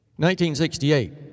1968